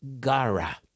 Gara